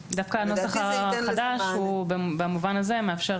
דווקא הנוסח החדש הוא במובן הזה מאפשר יותר